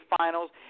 finals